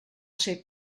ser